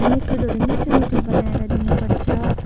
खानेकुरोहरू मिठोमिठो बनाएर दिनुपर्छ